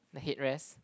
the head rest